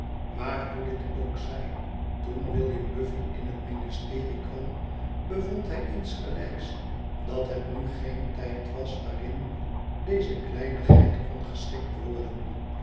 maar hoe dit ook zij toen william buffy in het ministerie kwam bevond hij insgelijks dat het nu geen tijd was waarin deze kleinigheid kon geschikt worden